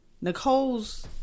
Nicole's